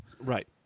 Right